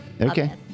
Okay